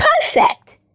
perfect